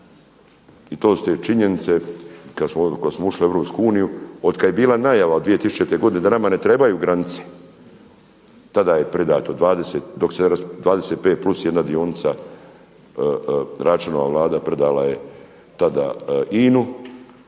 I to su te činjenice od kad smo ušli u EU, od kad je bila najava od 2000. godine da nama ne trebaju granice tada je predato 25 plus 1 dionica Račanova Vlada predala je tada INA-u